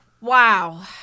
Wow